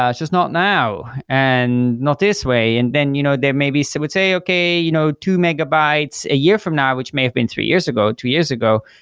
ah just not now and not this way. and then you know there may be some so would say, okay, you know two megabytes a year from now, which may have been three years ago two years ago,